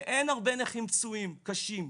שאין הרבה נכים פצועים קשים,